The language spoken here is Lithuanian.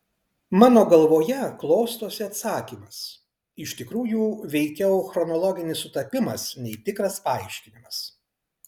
mano galvoje klostosi atsakymas iš tikrųjų veikiau chronologinis sutapimas nei tikras paaiškinimas